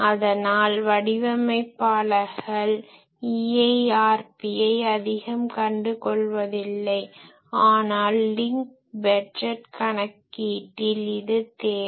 அதனால் வடிவமைப்பாளர்கள் EIRPயை அதிகம் கண்டு கொள்வதில்லை ஆனால் லிங்க் பட்ஜெட் கணக்கீட்டில் இது தேவை